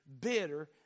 bitter